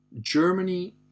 germany